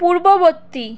পূর্ববর্তী